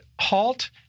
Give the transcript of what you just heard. halt